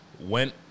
Went